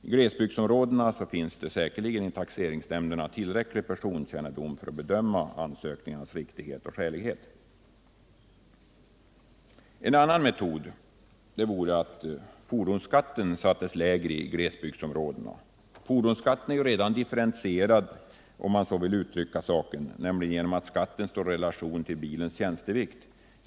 I glesbygdsområdena finns säkerligen i taxeringsnämnderna tillräcklig personkännedom för att bedöma ansökningarnas riktighet och skälighet. Ytterligare en annan metod vore att fordonsskatten sattes lägre i glesbygdsområdena. Fordonsskatten är ju redan nu differentierad, om vi så vill uttrycka saken, nämligen genom att skatten står i relation till bilens tjänstevikt.